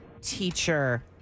teacher